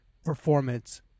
performance